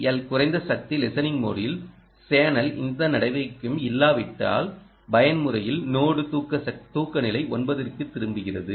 L குறைந்த சக்தி listening மோடில் சேனலில் எந்த நடவடிக்கையும் இல்லாவிட்டால்பயன்முறையில் நோடு தூக்கநிலை g க்குத் திரும்புகிறது